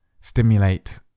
stimulate